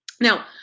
Now